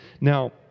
Now